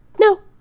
no